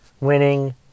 Winning